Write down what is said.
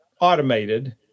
automated